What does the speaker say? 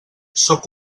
sóc